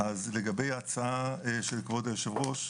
לגבי ההצעה של כבוד היושבת-ראש,